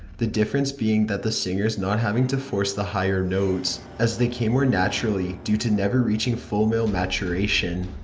the difference being that the singers not having to force the higher notes, as the came more naturally due to never reaching full male maturation.